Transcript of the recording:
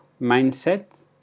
mindset